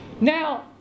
Now